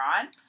on